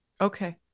Okay